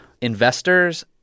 investors